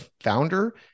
founder